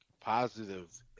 positive